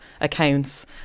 accounts